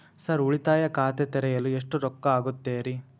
Sir ಉಳಿತಾಯ ಖಾತೆ ತೆರೆಯಲು ಎಷ್ಟು ರೊಕ್ಕಾ ಆಗುತ್ತೇರಿ?